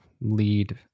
lead